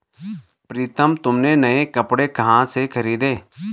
प्रितम तुमने नए कपड़े कहां से खरीदें?